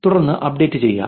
തുടർന്ന് അപ്ഡേറ്റ് ചെയ്യുക